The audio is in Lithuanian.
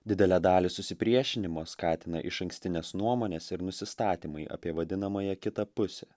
didelę dalį susipriešinimo skatina išankstinės nuomonės ir nusistatymai apie vadinamąją kitą pusę